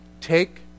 Take